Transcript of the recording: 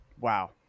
Wow